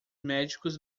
médicos